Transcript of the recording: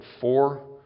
four